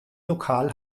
lokal